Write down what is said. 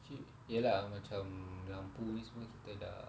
actually ya lah macam lampu ini semua kita dah